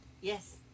Yes